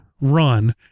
run